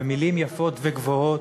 במילים יפות וגבוהות,